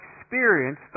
experience